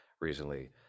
recently